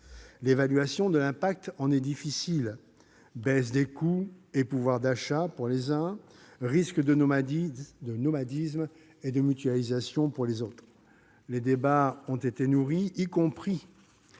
L'évaluation de l'impact de cette mesure est difficile : baisse des coûts et hausse du pouvoir d'achat pour les uns, risque de nomadisme et de démutualisation pour les autres ; les débats ont été nourris, y compris